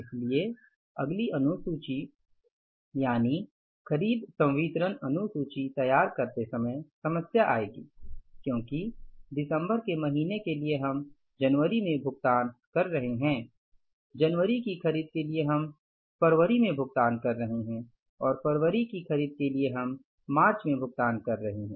इसलिए अगली अनुसूची यानि खरीद संवितरण अनुसूची तैयार करते समय समस्या आएगी क्योंकि दिसंबर के महीने के लिए हम जनवरी में भुगतान कर रहे हैं जनवरी की खरीद के लिए हम फरवरी में भुगतान कर रहे हैं और फरवरी की खरीद के लिए हम मार्च में भुगतान कर रहे हैं